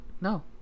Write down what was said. No